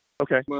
Okay